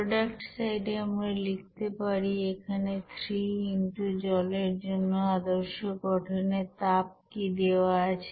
product সাইডে আমরা লিখতে পারি এখানে 3 x জলের জন্য আদর্শ গঠনের তাপ কি দেওয়া আছে